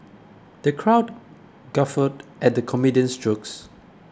the crowd guffawed at the comedian's jokes